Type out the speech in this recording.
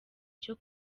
cyo